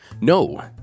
No